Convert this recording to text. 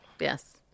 Yes